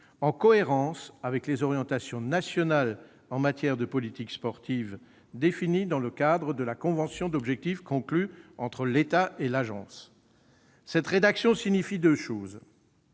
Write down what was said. en cohérence avec les orientations nationales en matière de politique sportive définies dans le cadre de la convention d'objectifs conclue entre l'État et l'Agence ». Cette rédaction signifie deux choses